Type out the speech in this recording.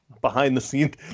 behind-the-scenes